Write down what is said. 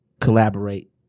collaborate